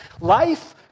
life